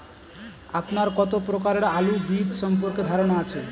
আপনার কত প্রকারের আলু বীজ সম্পর্কে ধারনা আছে?